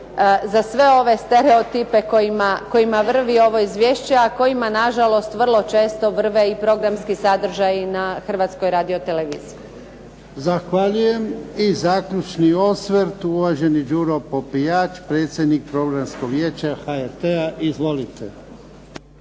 za sve ove stereotipe kojima vrvi ovo izvješće a kojima na žalost vrlo često vrve i programski sadržaji na Hrvatskoj radioteleviziji. **Jarnjak, Ivan (HDZ)** Zahvaljujem. I zaključni osvrt uvaženi Đuro Popijač, predsjednik Programskog vijeća HRT-a. Izvolite.